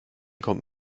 kommt